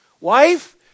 Wife